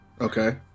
Okay